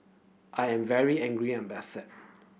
I am very angry and upset